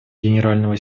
генерального